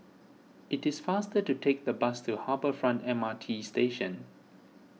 it is faster to take the bus to Harbour Front M R T Station